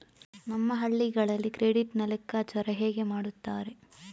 ನಮ್ಮ ಹಳ್ಳಿಗಳಲ್ಲಿ ಕ್ರೆಡಿಟ್ ನ ಲೆಕ್ಕಾಚಾರ ಹೇಗೆ ಮಾಡುತ್ತಾರೆ?